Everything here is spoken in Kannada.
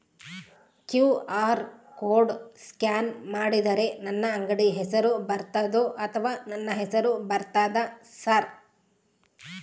ಕ್ಯೂ.ಆರ್ ಕೋಡ್ ಸ್ಕ್ಯಾನ್ ಮಾಡಿದರೆ ನನ್ನ ಅಂಗಡಿ ಹೆಸರು ಬರ್ತದೋ ಅಥವಾ ನನ್ನ ಹೆಸರು ಬರ್ತದ ಸರ್?